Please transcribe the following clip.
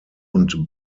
und